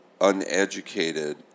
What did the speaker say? uneducated